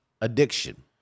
addiction